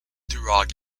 through